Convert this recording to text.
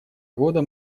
года